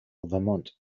vermont